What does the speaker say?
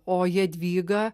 o jadvyga